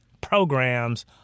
programs